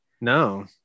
No